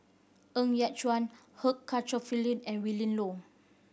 Ng Yat Chuan and Willin Low